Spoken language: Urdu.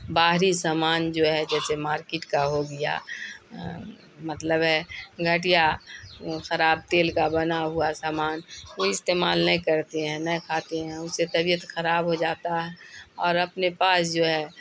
باہری سامان جو ہے جیسے مارکیٹ کا ہو گیا مطلب ہے گھٹیا خراب تیل کا بنا ہوا سامان وہ استعمال نہیں کرتے ہیں نہ کھاتے ہیں اس سے طبیعت کھراب ہو جاتا ہے اور اپنے پاس جو ہے